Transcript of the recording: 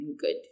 good